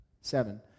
Seven